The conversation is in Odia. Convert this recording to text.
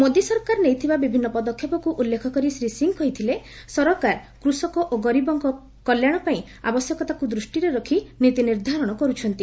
ମୋଦି ସରକାର ନେଇଥିବା ବିଭିନ୍ନ ପଦକ୍ଷେପକୁ ଉଲ୍ଲେଖ କରି ଶ୍ରୀ ସିଂ କହିଥିଲେ ସରକାର କୃଷକ ଓ ଗରିବ ଲୋକମାନଙ୍କ ଆବଶ୍ୟକତାକୁ ଦୂଷ୍ଟିରେ ରଖି ନୀତି ନିର୍ଦ୍ଧାରଣ କରୁଛନ୍ତି